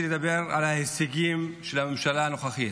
לדבר על ההישגים של הממשלה הנוכחית,